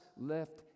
left